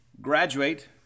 graduate